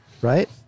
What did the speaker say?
Right